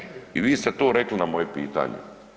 I vi ste to rekli na moje pitanje.